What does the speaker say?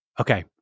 Okay